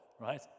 right